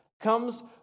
comes